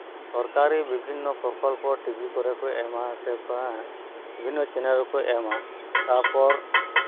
ᱥᱚᱨᱠᱟᱨ ᱵᱤᱵᱷᱤᱱᱱᱚ ᱯᱨᱚᱠᱚᱞᱯᱚ ᱴᱤᱵᱷᱤ ᱠᱚᱨᱮ ᱠᱚ ᱮᱢᱟ ᱵᱤᱵᱷᱤᱱᱱᱚ ᱪᱮᱱᱮᱞ ᱨᱮᱠᱚ ᱮᱢᱟ ᱛᱟᱨᱯᱚᱨ